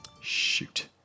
Shoot